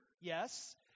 yes